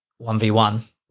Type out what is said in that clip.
1v1